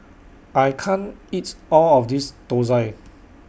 I can't eat All of This Thosai